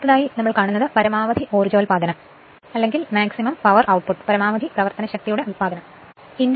അതുകൊണ്ട് പരമാവധി ഊർജോൽപാദനം ഇൻഡക്ഷൻ യന്ത്രത്തിനു മാറ്റമില്ലാതെ തുടരുമെന്നു കാണാൻ കഴിയും